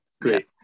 great